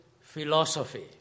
philosophy